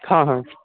हँ हँ